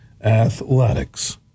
Athletics